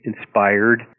inspired